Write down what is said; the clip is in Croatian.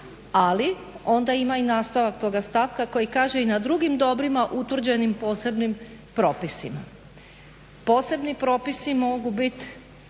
Ali, onda ima i nastavak toga stavka koji kaže: "I na drugim dobrima utvrđenim posebnim propisima.". Posebni propisi mogu biti